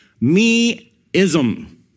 me-ism